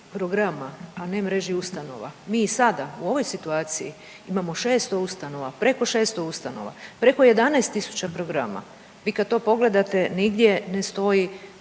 programa, a ne mreži ustanova. Mi i sada u ovoj situaciji imamo 600 ustanova, preko 600 ustanova, preko 11 tisuća programa. Vi kad to pogledate nigdje ne stoji